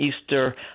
Easter